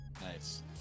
nice